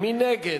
מי נגד?